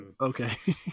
Okay